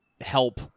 help